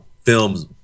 films